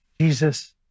Jesus